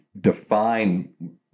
define